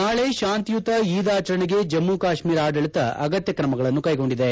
ನಾಳೆ ಶಾಂತಿಯುತ ಈದ್ ಆಚರಣೆಗೆ ಜಮ್ನು ಕಾಶ್ನೀರ ಆಡಳಿತ ಅಗತ್ಯ ತ್ರಮಗಳನ್ನು ಕೈಗೊಂಡಿದೆ